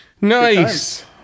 Nice